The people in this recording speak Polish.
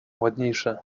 ładniejsze